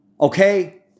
Okay